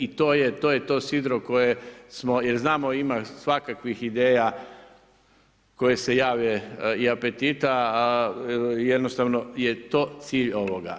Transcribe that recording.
I to je to sidro koje smo jer znamo ima svakakvih ideja koje se jave i apetita, jednostavno je to cilj ovoga.